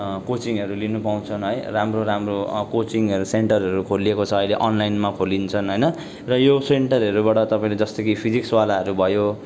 कोचिङहरू लिनु पाउँछन् है राम्रो राम्रो कोचिङहरू सेन्टरहरू खोलिएको छ अहिले अनलाइनमा खोलिन्छन् होइन र यो सेन्टरहरूबाट तपाईँले जस्तो कि फिजिक्सवालाहरू भयो